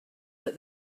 that